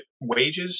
wages